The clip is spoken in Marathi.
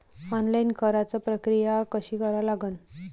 ऑनलाईन कराच प्रक्रिया कशी करा लागन?